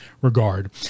regard